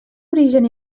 origen